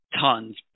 tons